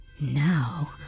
Now